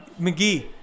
McGee